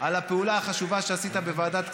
על הפעולה החשובה שעשית בוועדת כספים.